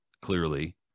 Clearly